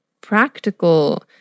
practical